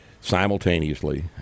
simultaneously